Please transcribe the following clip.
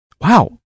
Wow